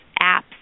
apps